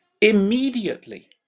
immediately